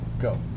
Go